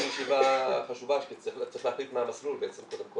תהיה לנו ישיבה חשובה שנצטרך להחליט מה המסלול קודם כל,